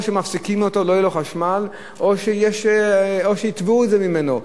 או שלא יהיה לו חשמל או שיתבעו את זה ממנו?